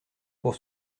pour